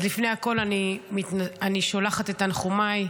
לפני הכול אני שולחת את תנחומיי,